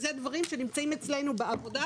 אלה דברים שנמצאים אצלנו בעבודה,